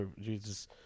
Jesus